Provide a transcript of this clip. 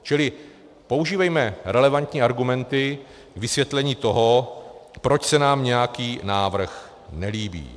Čili používejme relevantní argumenty vysvětlení toho, proč se nám nějaký návrh nelíbí.